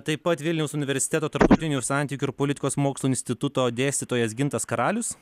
taip pat vilniaus universiteto tarptautinių santykių ir politikos mokslų instituto dėstytojas gintas karalius